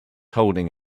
holding